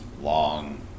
long